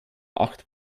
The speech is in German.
acht